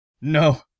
No